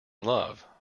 love